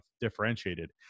differentiated